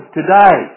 today